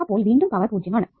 അപ്പോൾ വീണ്ടും പവർ 0 ആണ്